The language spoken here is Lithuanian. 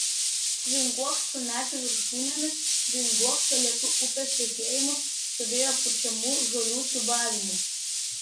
svinguok su medžių viršūnėmis svinguok su lėtu upės tekėjimu su vėjo pučiamų žolių siūbavimu